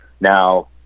now